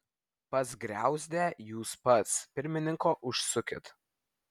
pas griauzdę jūs pats pirmininko užsukit